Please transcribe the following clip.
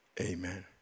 amen